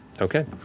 Okay